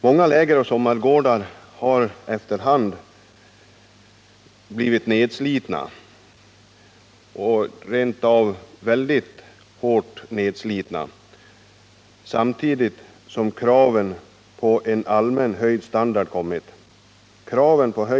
Många lägeroch sommargårdar har efter hand blivit hårt nedslitna samtidigt som det uppstått krav på en allmän höjning av standarden.